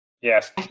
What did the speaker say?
Yes